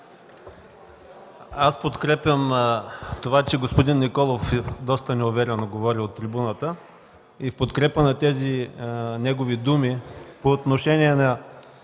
Подкрепям това, че господин Николов доста неуверено говори от трибуната и в подкрепа на тези негови думи по отношение на